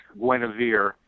Guinevere